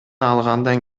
алгандан